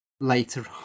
later